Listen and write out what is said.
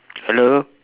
hello